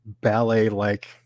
ballet-like